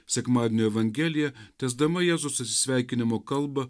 sekmadienio evangelija tęsdama jėzaus atsisveikinimo kalbą